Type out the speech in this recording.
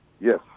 Yes